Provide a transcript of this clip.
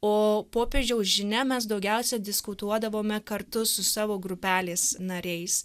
o popiežiaus žinia mes daugiausia diskutuodavome kartu su savo grupelės nariais